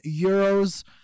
euros